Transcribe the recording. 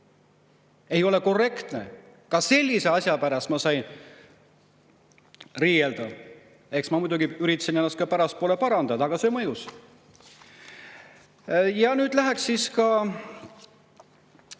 ei ole korrektne. Ka sellise asja pärast ma sain riielda. Eks ma muidugi üritasin ennast pärastpoole parandada, see mõjus. Ja nüüd läheks ka